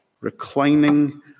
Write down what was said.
reclining